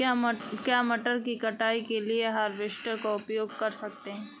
क्या मटर की कटाई के लिए हार्वेस्टर का उपयोग कर सकते हैं?